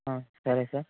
సరే సార్